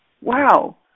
Wow